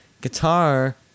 guitar